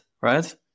right